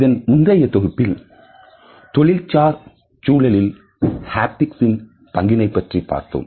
இதன் முந்தைய தொகுப்பில் தொழில் சார் சூழலில் ஹாப்டிக்ஸ்ன் பங்கினை பற்றி பார்த்தோம்